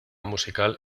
musical